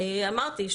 אמרתי,